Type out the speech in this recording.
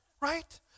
Right